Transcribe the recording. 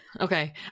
okay